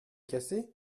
cassé